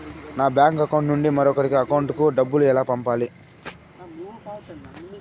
నా bank account నుండి మరొకరి అకౌంట్ కు డబ్బులు ఎలా పంపాలి